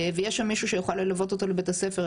ויהיה שם מישהו שיוכל ללוות אותו לבית הספר.